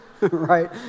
right